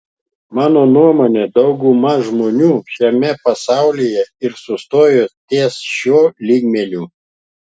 mano nuomone dauguma žmonių šiame pasaulyje ir sustojo ties šiuo lygmeniu